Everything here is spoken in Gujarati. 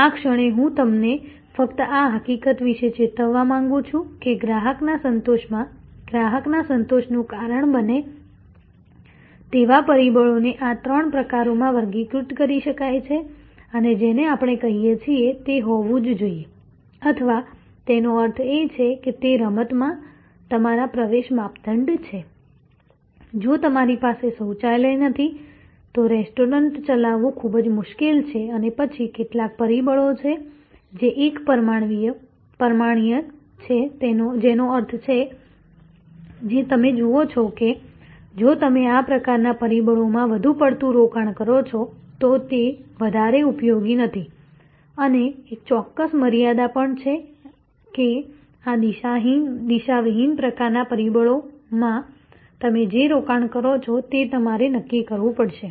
આ ક્ષણે હું તમને ફક્ત આ હકીકત વિશે ચેતવવા માંગુ છું કે ગ્રાહકના સંતોષમાં ગ્રાહકના સંતોષનું કારણ બને તેવા પરિબળોને આ ત્રણ પ્રકારોમાં વર્ગીકૃત કરી શકાય છે એક જેને આપણે કહીએ છીએ તે હોવું જોઈએ અથવા તેનો અર્થ એ કે તે રમતમાં તમારા પ્રવેશ માપદંડ છે જો તમારી પાસે શૌચાલય નથી તો રેસ્ટોરન્ટ ચલાવવું ખૂબ જ મુશ્કેલ છે અને પછી કેટલાક પરિબળો છે જે એકપરિમાણીય છે જેનો અર્થ છે જે તમે જુઓ છો કે જો તમે આ પ્રકારના પરિબળોમાં વધુ પડતું રોકાણ કરો છો તો તે વધારે ઉપયોગી નથી અને એક ચોક્કસ મર્યાદા પણ છે કે આ દિશાવિહીન પ્રકારના પરિબળોમાં તમે જે રોકાણ કરો છો તે તમારે નક્કી કરવું પડશે